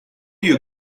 you